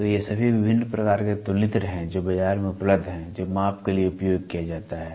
तो ये सभी विभिन्न प्रकार के तुलनित्र हैं जो बाजार में उपलब्ध हैं जो माप के लिए उपयोग किया जाता है